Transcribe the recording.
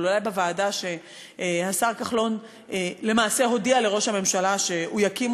אבל אולי בוועדה שהשר כחלון למעשה הודיע לראש הממשלה שהוא יקים,